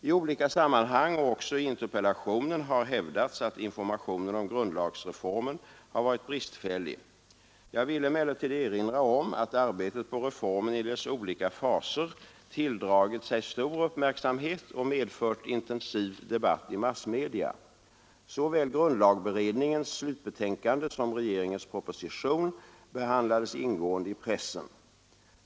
I olika sammanhang och också i interpellationen har hävdats att informationen om grundlagsreformen har varit bristfällig. Jag vill emellertid erinra om att arbetet på reformen i dess olika faser tilldragit sig stor uppmärksamhet och medfört intensiv debatt i massmedia. Såväl grundlagberedningens slutbetänkande som regeringens proposition behandlades ingående i pressen.